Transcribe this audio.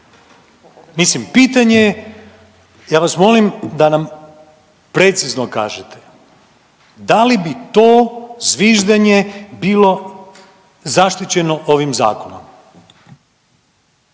Mislim pitanje je, ja vas molim da nam precizno kažete da li bi to zviždenje bilo zaštićeno ovim zakonom?